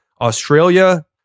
Australia